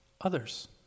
Others